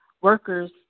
workers